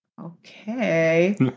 okay